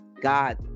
God